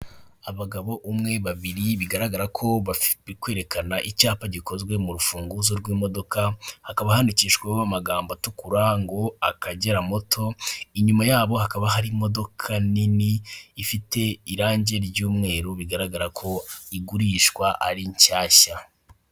Abagabo umwe, babiri bigaragara ko bari kwerekana icyapa gikozwe mu rufunguzo rw'imodoka hakaba handikishwaho amagambo atukura ngo akagera moto; inyuma yabo hakaba hari imodoka nini ifite irangi ry'umweru bigaragara ko igurishwa ari shyashya.